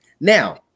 Now